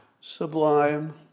sublime